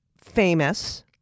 famous